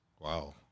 Wow